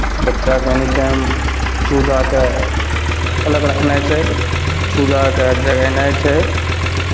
बच्चाकेँ any time चूजाकेँ अलग रखनाइ छै चूजाके जगेनाइ छै